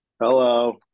Hello